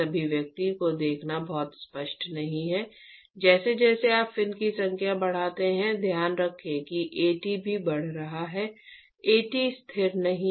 इस अभिव्यक्ति से देखना बहुत स्पष्ट नहीं है जैसे जैसे आप फिन की संख्या बढ़ाते हैं ध्यान रखें कि at भी बढ़ रहा है At स्थिर नहीं है